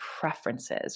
preferences